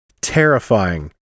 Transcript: terrifying